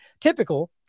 Typical